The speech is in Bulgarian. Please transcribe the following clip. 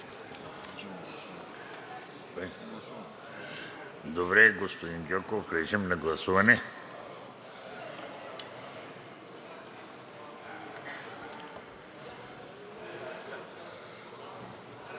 Добре, господин Гьоков. Режим на гласуване.